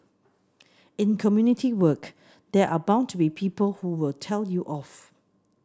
in community work there are bound to be people who will tell you off